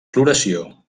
floració